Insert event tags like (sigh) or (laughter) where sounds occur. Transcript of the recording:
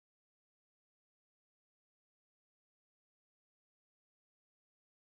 (unintelligible)